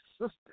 Sister